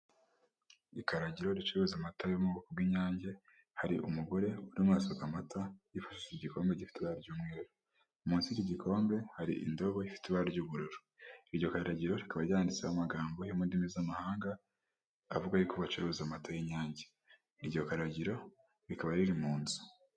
Ikaragiro ricuruza amata ari mu bwoko bw'inyange, hari umugore urimo arasuka amata yifashishije igikombe gifite ibara ry'umweru, munsi y'icyo gikombera hari indobo ifite ibara ry'ubururu. Iryo karagiro rikaba ryanditseho amagambo yo mu ndimi z'amahanga avuga yuko bacuruza amata y'inyange. Iryo karagiro rikaba riri mu nzu.